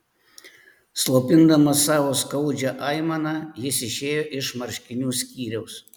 slopindamas savo skaudžią aimaną jis išėjo iš marškinių skyriaus